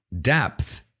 depth